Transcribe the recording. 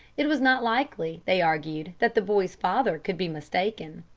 it was not likely, they argued, that the boy's father could be mistaken.